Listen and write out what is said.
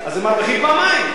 הם משלמים.